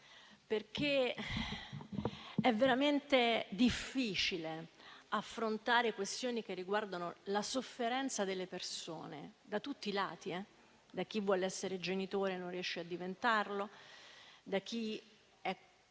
perché è veramente difficile affrontare questioni che riguardano la sofferenza delle persone, da tutti i lati: da quello di chi vuole essere genitore ma non riesce a diventarlo; da quello